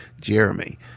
Jeremy